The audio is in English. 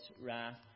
wrath